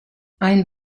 ein